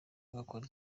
agakora